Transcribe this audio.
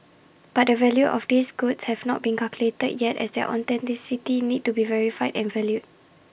but the value of these goods have not been calculated yet as their authenticity need to be verified and valued